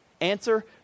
Answer